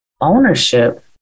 ownership